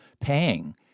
paying